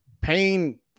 pain